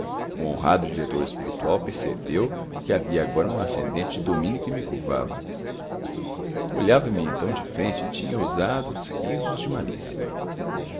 honrado diretor espiritual percebeu que havia agora um ascendente de domínio que me curvava olhava-me então de frente e tinha ousados risos de malícia